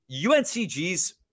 UNCG's